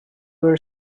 were